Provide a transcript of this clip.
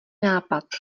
nápad